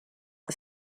the